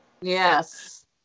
Yes